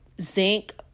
Zinc